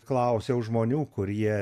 klausiau žmonių kurie